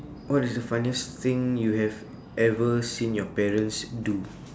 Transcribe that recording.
what is the funniest thing you have ever seen your parents do